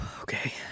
Okay